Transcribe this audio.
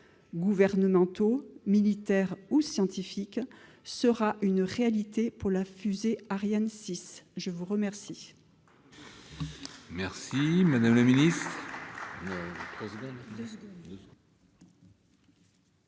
gouvernementaux, militaires ou scientifiques -sera une réalité pour la fusée Ariane 6 ? La parole